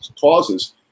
causes